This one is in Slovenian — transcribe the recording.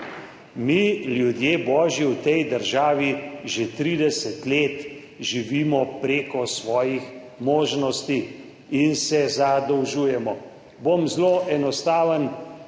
Mi, ljudje božji, v tej državi že 30 let živimo preko svojih možnosti in se zadolžujemo. Bom zelo enostaven,